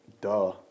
duh